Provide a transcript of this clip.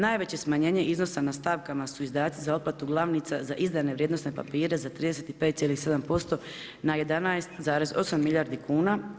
Najveće smanjenje iznosa na stavkama su izdaci za otplatu glavnica za izdane vrijednosne papire za 35,7% na 11,8 milijardi kuna.